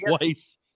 twice